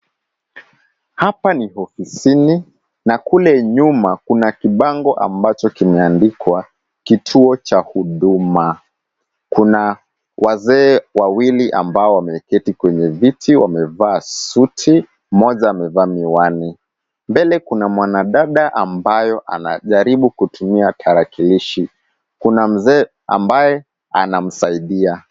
Hapa ni ofisini na kule nyuma, kuna kibango ambacho kimeandikwa kituo cha Huduma. Kuna wazee wawili ambao wameketi kwenye viti wamevaa suti, mmoja amevaa miwani. Mbele kuna mwanadada ambaye anajaribu kutumia tarakilishi. Kuna mzee ambaye anamsaidia.